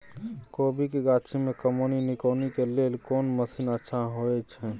कोबी के गाछी में कमोनी निकौनी के लेल कोन मसीन अच्छा होय छै?